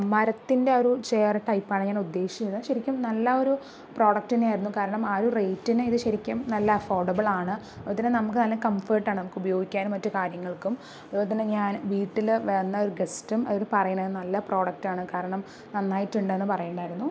മരത്തിന്റെ ആ ഒരു ചെയര് ടൈപ്പാണ് ഞാൻ ഉദ്ദേശിച്ചിരുന്നത് ശരിക്കും നല്ല ഒരു പ്രോഡക്റ്റ് തന്നെയായിരുന്നു കാരണം ആ ഒരു റേറ്റിന് ഇത് ശരിക്കും നല്ല അഫോര്ഡബിള് ആണ് ഇതിനു നമുക്ക് നല്ല കംഫര്ട്ട് ആണ് നമുക്ക് ഉപയോഗിക്കാനും മറ്റു കാര്യങ്ങള്ക്കും അതുപോലെ തന്നെ ഞാന് വീട്ടിൽ വന്ന ഒരു ഗസ്റ്റും അവര് പറയണത് നല്ല പ്രോഡക്റ്റ് ആണ് കാരണം നന്നായിട്ടുണ്ട് എന്ന് പറയണുണ്ടായിരുന്നു